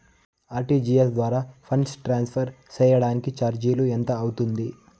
RTGS ద్వారా funds transfer సేయడానికి చార్జీలు ఎంత అవుతుంది